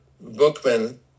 Bookman